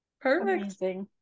Perfect